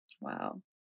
Wow